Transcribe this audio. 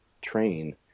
train